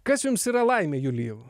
kas jums yra laimė julijau